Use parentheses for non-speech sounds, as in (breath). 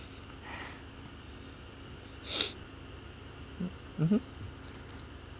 (breath) mmhmm